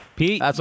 Pete